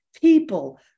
people